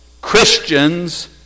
Christians